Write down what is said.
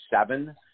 seven